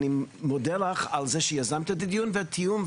אני מודה לך על זה שיזמת את הדיון והתיאום,